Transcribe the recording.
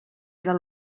del